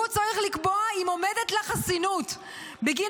הוא צריך לקבוע האם עומדת לה חסינות בגין